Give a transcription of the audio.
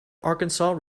arkansas